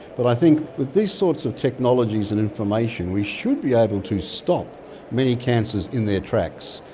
but i think with these sorts of technologies and information we should be able to stop many cancers in their tracks,